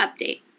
Update